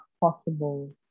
possible